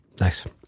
Nice